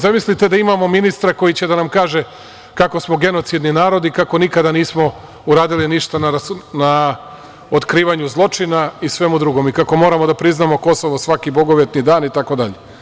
Zamislite da imamo ministra koji će da nam kaže kako smo genocidni narod i nikada nismo uradili ništa na otkrivanju zločina i svemu drugom i kako moramo da priznamo Kosovo svaki bogovetni dan itd?